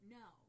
no